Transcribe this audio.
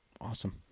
Awesome